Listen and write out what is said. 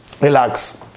relax